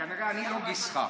כנראה אני לא גיסך.